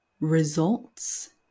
results